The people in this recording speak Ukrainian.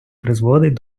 призводить